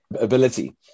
ability